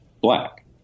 black